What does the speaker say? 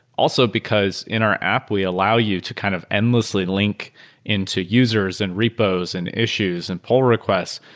also, because in our app, we allow you to kind of endlessly link into users, and repos, and issues, and pull requests,